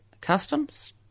customs